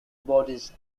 bodies